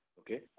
Okay